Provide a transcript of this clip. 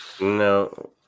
No